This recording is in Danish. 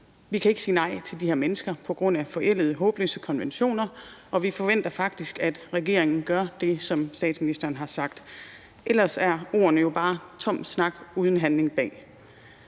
Vi kan ikke sige nej til de her mennesker på grund af forældede, håbløse konventioner, og vi forventer faktisk, at regeringen gør det, som statsministeren har sagt, for ellers er ordene jo bare tom snak uden handling bag.